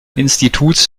instituts